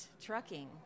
trucking